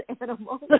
animals